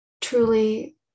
truly